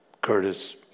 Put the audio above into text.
Curtis